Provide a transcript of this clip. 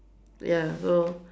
ya so